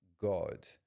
god